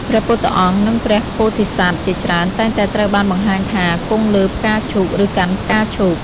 ព្រះពុទ្ធអង្គ និងព្រះពោធិសត្វជាច្រើនតែងតែត្រូវបានបង្ហាញថា គង់លើផ្កាឈូក ឬកាន់ផ្កាឈូក។